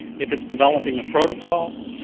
if it's developing a protocol,